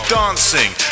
dancing